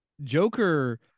Joker